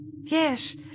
Yes